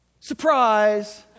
Surprise